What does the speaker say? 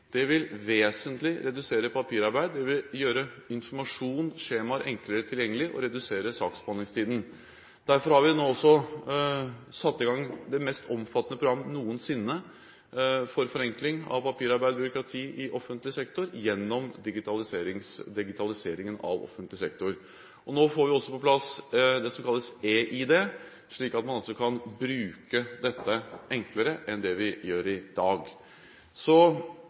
Det vil vesentlig redusere papirarbeid, det vil gjøre informasjon og skjemaer enklere tilgjengelig og redusere saksbehandlingstiden. Derfor har vi nå også satt i gang det mest omfattende program noensinne for forenkling av papirarbeid og byråkrati i offentlig sektor gjennom digitaliseringen av offentlig sektor. Nå får vi også på plass det som kalles e-ID, slik at man altså kan bruke dette enklere enn det vi gjør i dag. Så